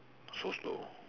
so slow